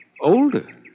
older